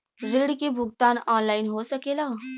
ऋण के भुगतान ऑनलाइन हो सकेला?